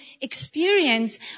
experience